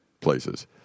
places